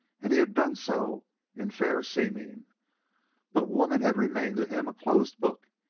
and he had done so in fair seeming but women had remained to him a closed book,